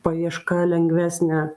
paieška lengvesnė